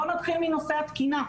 בואו נתחיל מנושא התקינה.